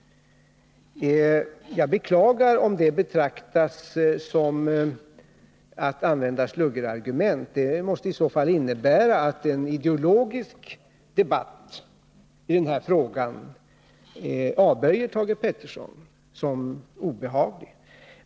Jag beklagar om detta betraktas som användande av sluggerargument. I så fall måste det innebära att Thage Peterson avböjer en ideologisk debatt i denna fråga, därför att han anser den vara obehaglig.